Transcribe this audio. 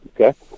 Okay